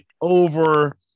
over